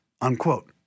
unquote